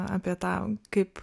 apie tą kaip